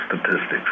statistics